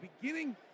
beginning